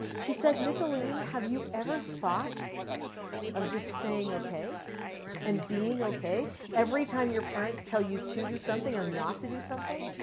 she said, nicholeen, have you ever thought of just saying okay and being okay every time your parents tell you to do something or not to do something?